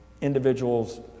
individuals